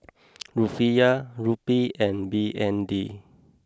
rufiyaa rupee and B N D